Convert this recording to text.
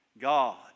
God